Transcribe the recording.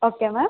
okay ma'am